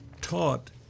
taught